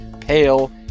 pale